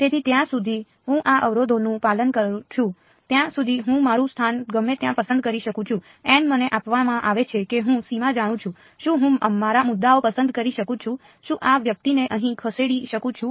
તેથી જ્યાં સુધી હું આ અવરોધોનું પાલન કરું છું ત્યાં સુધી હું મારું સ્થાન ગમે ત્યાં પસંદ કરી શકું છું મને આપવામાં આવે છે કે હું સીમા જાણું છું શું હું મારા મુદ્દાઓ પસંદ કરી શકું છું શું હું આ વ્યક્તિને અહીં ખસેડી શકું છું